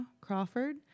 Crawford